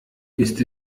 ist